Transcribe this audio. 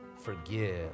forgive